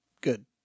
Good